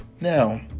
Now